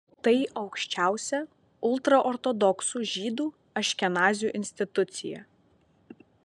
tai aukščiausia ultraortodoksų žydų aškenazių institucija